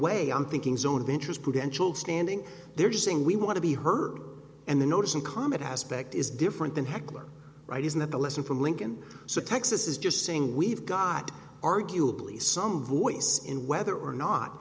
way i'm thinking zone of interest prudential standing there saying we want to be heard and the notice and comment aspect is different than heckler right isn't that the lesson from lincoln so texas is just saying we've got arguably some voice in whether or not